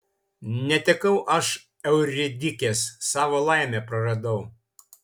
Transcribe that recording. netekau aš euridikės savo laimę praradau